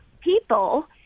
people